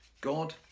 God